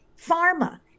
Pharma